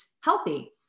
healthy